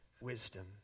wisdom